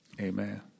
Amen